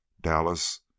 dallas